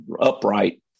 upright